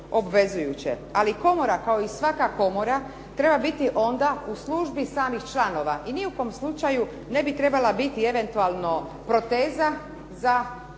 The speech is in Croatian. ali komora kao i svaka komora treba biti onda u službi samih članova i ni u kom slučaju ne bi trebala biti eventualno proteza za lošu